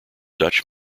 dutch